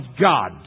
God